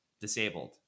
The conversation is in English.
disabled